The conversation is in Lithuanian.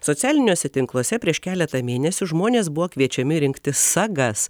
socialiniuose tinkluose prieš keletą mėnesių žmonės buvo kviečiami rinkti sagas